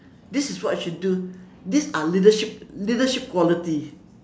this is what you should do these are leadership leadership quality